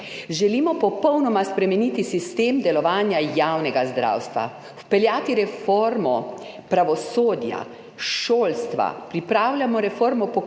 »Želimo popolnoma spremeniti sistem delovanja javnega zdravstva, vpeljati reformo pravosodja, šolstva, pripravljamo reformo